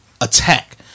attack